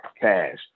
cash